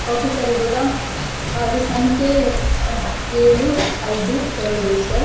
okay sir ಇವಾಗ ಅದರ ಸಂಖ್ಯೆ ಏಳು ಐದು ಎರಡು ಸರ್